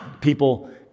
People